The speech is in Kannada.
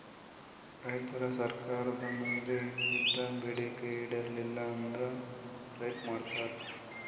ರೈತರ್ ಸರ್ಕಾರ್ದ್ ಮುಂದ್ ಇಟ್ಟಿದ್ದ್ ಬೇಡಿಕೆ ಈಡೇರಲಿಲ್ಲ ಅಂದ್ರ ಸ್ಟ್ರೈಕ್ ಮಾಡ್ತಾರ್